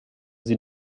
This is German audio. sie